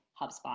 HubSpot